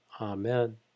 Amen